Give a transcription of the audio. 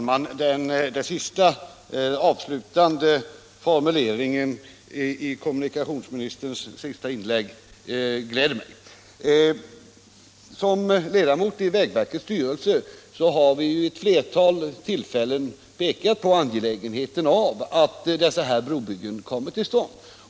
Herr talman! Den avslutande formuleringen i kommunikationsministerns senaste inlägg gläder mig. Jag är ledamot av vägverkets styrelse, och vi har vid ett flertal tillfällen visat på det angelägna i att dessa brobyggen kommer till stånd.